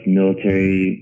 military